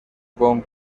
con